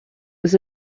was